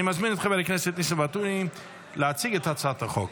אני מזמין את חבר הכנסת ניסים ואטורי להציג את הצעת החוק.